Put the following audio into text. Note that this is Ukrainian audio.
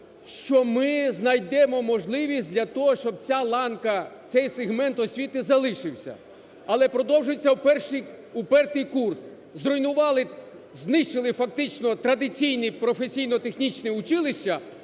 що ми знайдемо можливість для того, щоб ця ланка, цей сегмент освіти залишився. Але продовжується впертий курс, зруйнували… знищили фактично традиційні професійно-технічні училища,